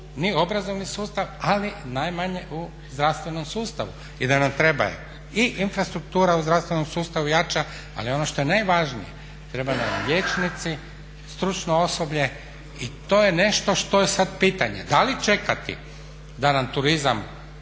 u obrazovni sustav ali najmanje u zdravstvenom sustavu i da nam treba i infrastruktura u zdravstvenom sustavu jača, ali ono što je najvažnije treba nam liječnika, stručno osoblje i to je nešto što je sad pitanje da li čekati da nam turizam